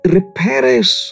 Repairs